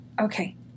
Okay